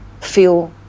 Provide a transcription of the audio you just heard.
feel